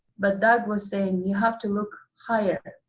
but doug was saying you have to look higher.